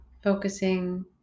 focusing